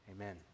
Amen